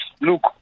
look